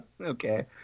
Okay